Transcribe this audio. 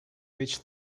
which